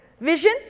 Vision